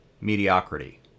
mediocrity